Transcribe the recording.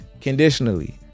conditionally